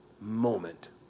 moment